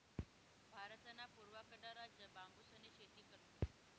भारतना पूर्वकडला राज्य बांबूसनी शेती करतस